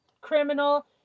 criminal